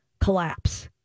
collapse